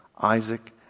Isaac